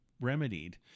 remedied